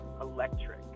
electric